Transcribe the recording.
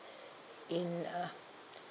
in uh